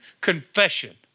confession